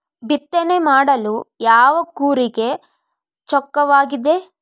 ಬಿತ್ತನೆ ಮಾಡಲು ಯಾವ ಕೂರಿಗೆ ಚೊಕ್ಕವಾಗಿದೆ?